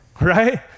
right